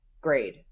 grade